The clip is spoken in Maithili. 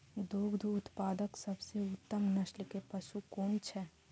दुग्ध उत्पादक सबसे उत्तम नस्ल के पशु कुन छै?